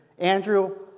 Andrew